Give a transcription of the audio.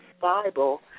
Bible